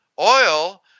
Oil